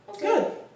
Good